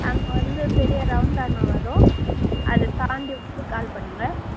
அங்கே வந்து பெரிய ரௌண்டானா வரும் அதை தாண்டி வந்து கால் பண்ணுங்கள்